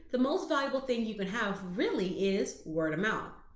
the most valuable thing you can have really is word of mouth.